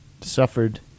suffered